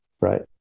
right